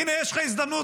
הינה, יש לך הזדמנות,